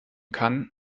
kann